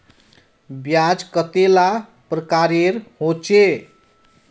ब्याज कतेला प्रकारेर होचे?